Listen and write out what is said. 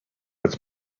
als